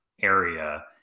area